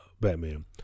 Batman